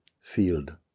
field